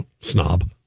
Snob